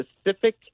specific